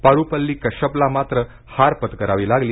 पारुपल्ली कश्यपला मात्र हार पत्करावी लागली